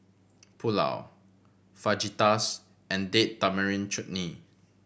Pulao Fajitas and Date Tamarind Chutney